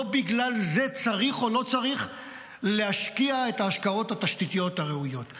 לא בגלל זה צריך או לא צריך להשקיע את ההשקעות התשתיתיות הראויות,